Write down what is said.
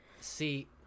see